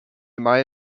mai